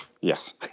yes